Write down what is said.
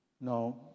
No